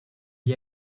gli